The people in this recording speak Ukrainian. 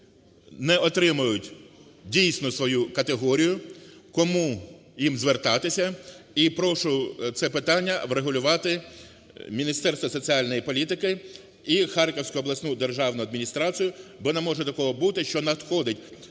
не отримують, дійсно, свою категорію? Кому їм звертатися? І прошу це питання врегулювати Міністерство соціальної політики і Харківську обласну державну адміністрацію. Бо не може такого бути, що надходить